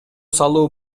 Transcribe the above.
салуу